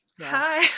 Hi